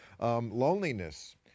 Loneliness